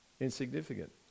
insignificant